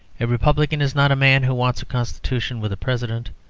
a republican is not a man who wants a constitution with a president.